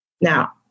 Now